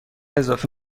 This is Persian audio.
اضافی